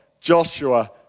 Joshua